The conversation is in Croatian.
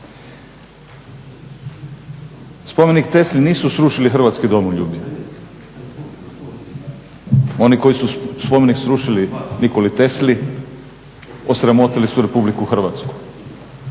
Spomenik Tesli nisu srušili hrvatski domoljubi. Oni koji su spomenik srušili Nikoli Tesli osramotili su RH. U svemu